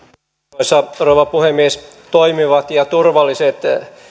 arvoisa rouva puhemies toimivat ja turvalliset